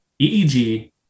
EEG